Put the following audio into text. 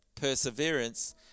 perseverance